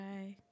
Bye